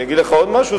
אני אגיד לך עוד משהו,